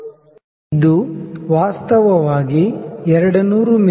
ಇದು ವಾಸ್ತವವಾಗಿ 200 ಮಿ